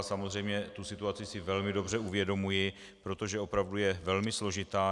Samozřejmě tu situaci si velmi dobře uvědomuji, protože opravdu je velmi složitá.